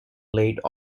late